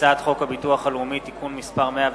הצעת חוק הביטוח הלאומי (תיקון מס' 116),